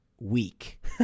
weak